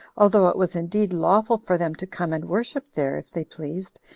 although it was indeed lawful for them to come and worship there if they pleased,